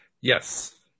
Yes